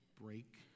break